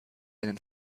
einen